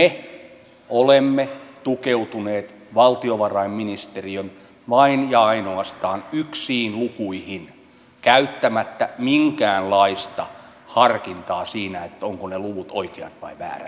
me olemme tukeutuneet valtiovarainministeriön vain ja ainoastaan yksiin lukuihin käyttämättä minkäänlaista harkintaa siinä ovatko ne luvut oikeat vai väärät